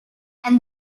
and